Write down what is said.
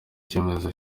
icyemezo